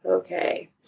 okay